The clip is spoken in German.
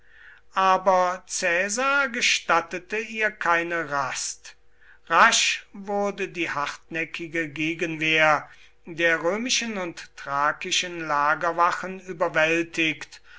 aber caesar gestattete ihr keine rast rasch wurde die hartnäckige gegenwehr der römischen und thrakischen lagerwachen überwältigt